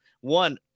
one